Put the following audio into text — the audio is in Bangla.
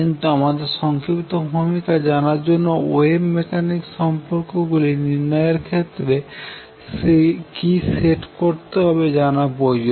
কিন্তু আমাদের সংক্ষিপ্ত ভূমিকা জানার জন্য ওয়েভ মেকানিক্সে সম্পর্ক গুলি নির্ণয়ের ক্ষেত্রে কি সেট করতে হবে জানা প্রয়োজন